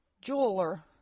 Jeweler